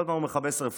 כל הזמן הוא מכבה שרפות.